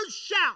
shout